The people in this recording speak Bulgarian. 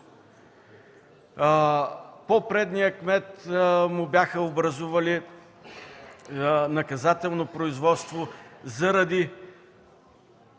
по-предния кмет му бяха образували наказателно производство заради